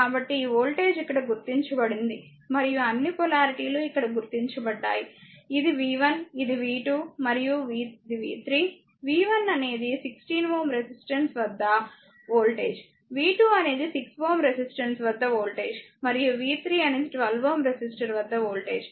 కాబట్టి ఈ వోల్టేజ్ ఇక్కడ గుర్తించబడింది మరియు అన్ని పొలారిటీలు ఇక్కడ గుర్తించబడ్డాయి ఇది v1 ఇది v2 మరియు ఇది v3 v1 అనేది 16 Ω రెసిస్టెన్స్ వద్ద వోల్టేజ్ v 2 అనేది 6Ω రెసిస్టెన్స్ వద్ద వోల్టేజ్ మరియు v3 అనేది 12Ω రెసిస్టర్ వద్ద వోల్టేజ్